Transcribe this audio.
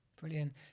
Brilliant